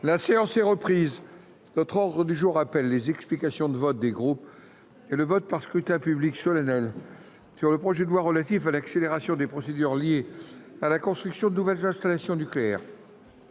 La séance est reprise. L'ordre du jour appelle les explications de vote des groupes et le vote par scrutin public solennel sur le projet de loi relatif à l'accélération des procédures liées à la construction de nouvelles installations nucléaires